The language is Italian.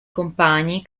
compagni